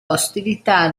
ostilità